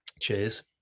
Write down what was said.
Cheers